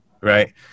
right